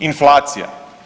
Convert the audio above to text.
Inflacija.